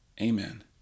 Amen